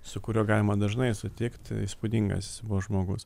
su kuriuo galima dažnai sutikt įspūdingas jis buvo žmogus